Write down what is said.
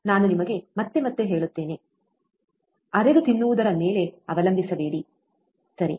ನಾನು ನಿಮಗೆ ಮತ್ತೆ ಮತ್ತೆ ಹೇಳುತ್ತೇನೆ ಅರೆದು ತಿನ್ನಿಸುವುದರಮೇಲೆ ಅವಲಂಬಿಸಬೇಡಿ ಸರಿ